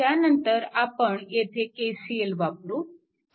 त्यानंतर आपण येथे KCL वापरू